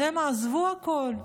יודעים מה, עזבו הכול,